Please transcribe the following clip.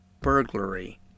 burglary